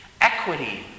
Equity